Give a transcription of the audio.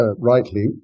rightly